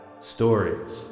stories